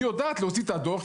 היא יודעת להוציא את הדוח,